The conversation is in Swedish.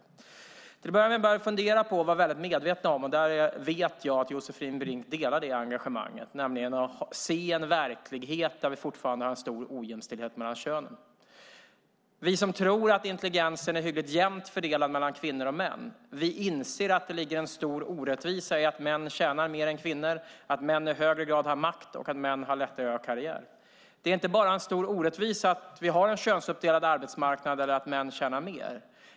Till att börja med bör man fundera på, vara medveten om och se den verklighet där vi fortfarande har en stor ojämställdhet mellan könen. Jag vet att Josefin Brink delar det engagemanget. Vi som tror att intelligensen är hyggligt jämnt fördelad mellan kvinnor och män inser att det ligger en stor orättvisa i att män tjänar mer än kvinnor, att män i högre grad har makt och att män har lättare att göra karriär. Det är inte bara en stor orättvisa att vi har en könsuppdelad arbetsmarknad och att män tjänar mer.